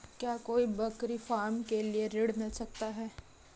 क्या कोई बकरी फार्म के लिए ऋण मिल सकता है?